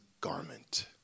garment